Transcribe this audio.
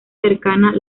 cercana